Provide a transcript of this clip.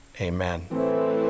Amen